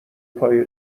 پای